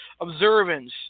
observance